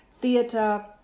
theatre